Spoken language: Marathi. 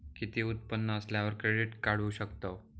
किती उत्पन्न असल्यावर क्रेडीट काढू शकतव?